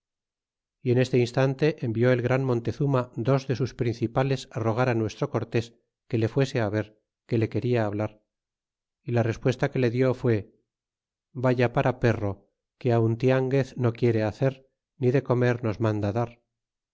y en este instante envió el gran montezuma dos de sus principales rogar nuestro cortés que le fuese ver que le quena hablar y la respuesta que le dió fué vaya para perro que aun tianguez no quiere hacer ni de comer nos manda dar